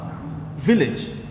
Village